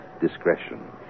discretion